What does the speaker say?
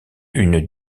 une